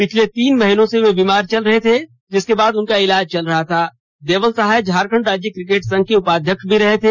पिछले तीन महीने से वे बीमार चल रहे थे जिसके बाद उनका इलाज चल रहा था देवल सहाय झारखंड राज्य क्रिकेट संघ के उपाध्यक्ष भी रहे थे